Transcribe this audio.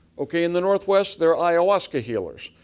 okay? in the northwest they are ayahuasca healers,